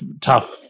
tough